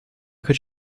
could